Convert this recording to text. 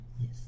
Yes